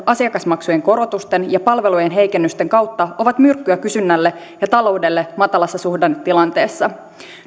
asiakasmaksujen korotusten ja palvelujen heikennysten kautta ovat myrkkyä kysynnälle ja taloudelle matalassa suhdannetilanteessa